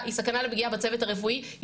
היא סכנה לפגיעה בצוות הרפואי.